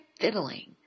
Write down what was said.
fiddling